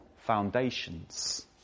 foundations